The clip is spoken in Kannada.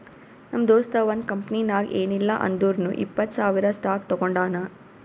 ನಮ್ ದೋಸ್ತ ಒಂದ್ ಕಂಪನಿನಾಗ್ ಏನಿಲ್ಲಾ ಅಂದುರ್ನು ಇಪ್ಪತ್ತ್ ಸಾವಿರ್ ಸ್ಟಾಕ್ ತೊಗೊಂಡಾನ